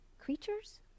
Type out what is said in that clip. creatures